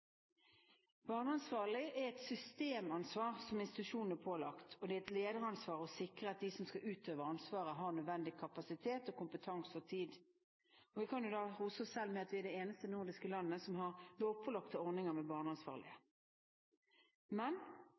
Barneansvarlig er et systemansvar som institusjonene er pålagt, og det er et lederansvar å sikre at de som skal utøve ansvaret, har nødvendig kapasitet, kompetanse og tid. Vi kan rose oss selv med at vi er det eneste nordiske landet som har lovpålagte ordninger med